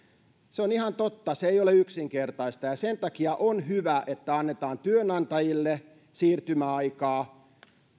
se on ihan totta että se ei ole yksinkertaista sen takia on hyvä että annetaan työnantajille siirtymäaikaa